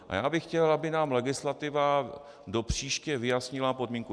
A já bych chtěl, aby nám legislativa do příště vyjasnila podmínku.